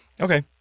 Okay